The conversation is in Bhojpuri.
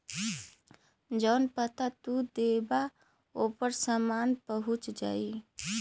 जौन पता तू देबा ओपर सामान पहुंच जाई